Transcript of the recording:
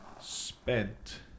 spent